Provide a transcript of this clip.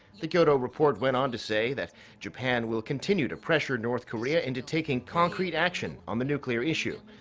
the kyodo report went on to say that japan will continue to pressure north korea into taking concrete action on the nuclear issue.